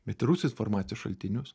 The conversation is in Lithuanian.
bet ir rusijos informacijos šaltinius